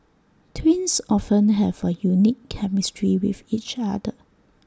twins often have A unique chemistry with each other